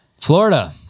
Florida